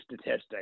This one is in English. statistic